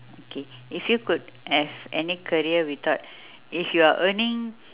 okay if you could have any career without if you're earning